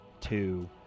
two